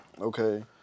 okay